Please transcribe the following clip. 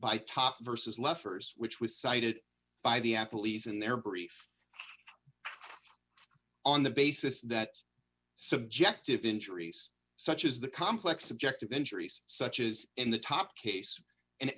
by top versus leffers which was cited by the at police in their brief on the basis that subjective injuries such as the complex subject of injuries such as in the top case and